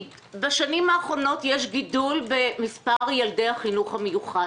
בשנים האחרונות יש גידול במספר ילדי החינוך המיוחד.